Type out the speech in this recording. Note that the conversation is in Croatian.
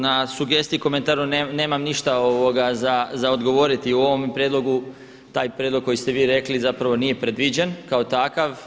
Na sugestiji i komentaru nemam ništa za odgovoriti u ovome prijedlogu taj prijedlog koji ste vi rekli zapravo nije predviđen kao takav.